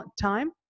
time